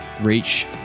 reach